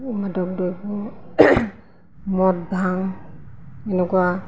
মাদক দ্ৰব্য মদ ভাং এনেকুৱা